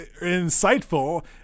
insightful